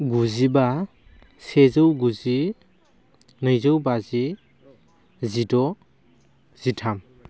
गुजिबा सेजौ गुजि नैजौ बाजि जिद' जिथाम